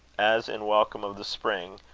as in welcome of the spring,